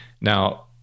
now